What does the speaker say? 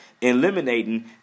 eliminating